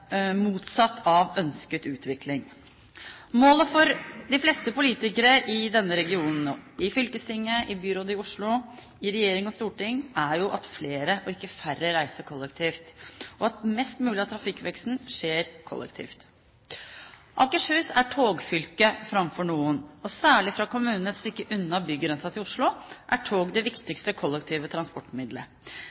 motsatt av ønsket utvikling. Målet for de fleste politikere i denne regionen nå, i fylkestinget, byrådet i Oslo, i regjering og storting, er jo at flere og ikke færre reiser kollektivt, og at mest mulig av trafikkveksten skjer kollektivt. Akershus er togfylket framfor noe. Særlig fra kommunene et stykke unna bygrensen til Oslo er tog det viktigste kollektive transportmiddelet.